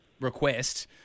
request